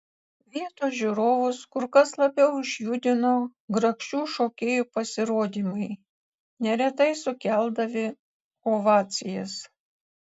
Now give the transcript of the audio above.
vietos žiūrovus kur kas labiau išjudino grakščių šokėjų pasirodymai neretai sukeldavę ovacijas